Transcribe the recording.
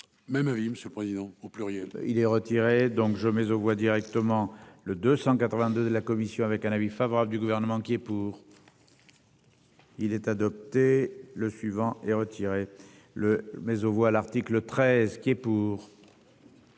Même avis. Monsieur le Président, au pluriel. Il est retiré donc je mets aux voix directement le 282 de la Commission avec un avis favorable du gouvernement qui. Pour. Il est adopté. Le suivant et retiré le mais aux voix l'article 13 qui. Pour.